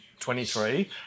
23